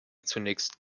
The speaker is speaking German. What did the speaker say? zunächst